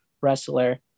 wrestler